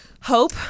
Hope